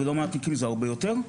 זה הרבה יותר.